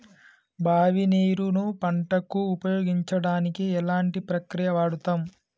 బావి నీరు ను పంట కు ఉపయోగించడానికి ఎలాంటి ప్రక్రియ వాడుతం?